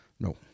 No